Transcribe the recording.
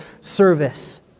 service